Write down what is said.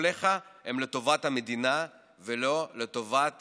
ששיקוליך הם לטובת המדינה ולא לטובת